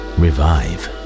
revive